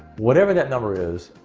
whatever that number is,